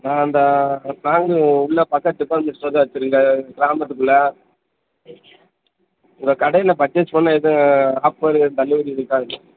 நான் அந்த பேங்க் உள்ள பக்கத்து டிப்பார்மெண்ட் ஸ்டோர் தான் வச்சுருக்கேன் கிராமத்துக்குள்ள உங்கள் கடையில் பர்ச்சேஸ் பண்ணால் எதுவும் ஆஃபர் எதுவும் தள்ளுபடி எதுவும் இருக்கா